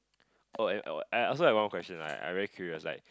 oh and I I also have one more question lah I very curious like